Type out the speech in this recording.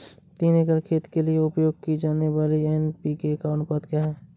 तीन एकड़ खेत के लिए उपयोग की जाने वाली एन.पी.के का अनुपात क्या है?